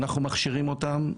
אנחנו מכשירים אותם,